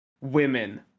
women